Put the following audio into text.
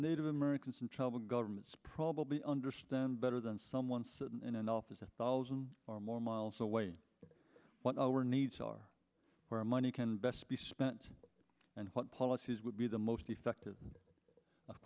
native americans in trouble governments probably understand better than someone sitting in an office a thousand or more miles away what our needs are where our money can best be spent and what policies would be the most effective of